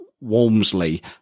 Walmsley